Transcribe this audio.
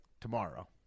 tomorrow